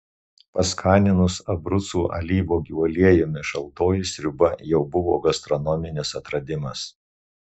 paskaninus abrucų alyvuogių aliejumi šaltoji sriuba jau buvo gastronominis atradimas